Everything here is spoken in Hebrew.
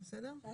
את